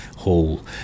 hall